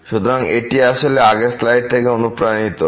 সুতরাং এটি আসলে আগের স্লাইড থেকেই অনুপ্রাণিত